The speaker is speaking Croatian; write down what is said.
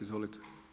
Izvolite.